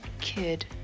kid